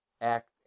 act